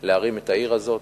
כדי להרים את העיר הזאת,